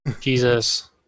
Jesus